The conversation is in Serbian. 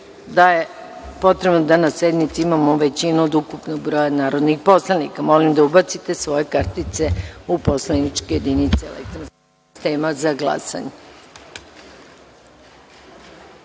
da je potrebno da na sednici imamo većinu od ukupnog broja narodnih poslanika. Molim da ubacite svoje kartice u poslaničke jedinice elektronskog